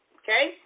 okay